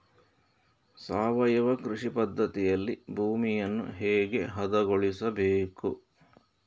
ಸಾವಯವ ಕೃಷಿ ಪದ್ಧತಿಯಲ್ಲಿ ಭೂಮಿಯನ್ನು ಹೇಗೆ ಹದಗೊಳಿಸಬೇಕು?